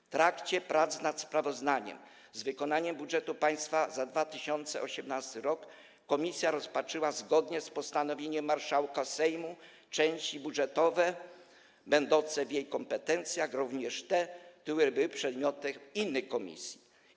W trakcie prac nad sprawozdaniem z wykonania budżetu państwa za 2018 r. komisja rozpatrzyła zgodnie z postanowieniem marszałka Sejmu części budżetowe będące w jej kompetencjach, również te, które były przedmiotem innych komisji.